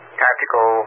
tactical